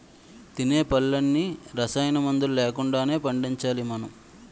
తినే పళ్ళన్నీ రసాయనమందులు లేకుండానే పండించాలి మనం